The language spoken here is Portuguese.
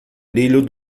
brilho